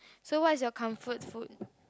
so what is your comfort food